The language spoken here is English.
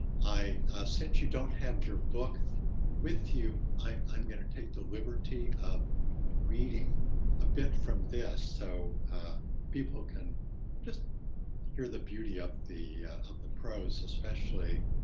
since you don't have your book with you, i'm gonna take the liberty of reading a bit from this so people can just hear the beauty of the of the pros, especially,